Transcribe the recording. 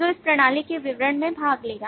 जो इस प्रणाली के विवरण में भाग लेगा